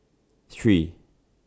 three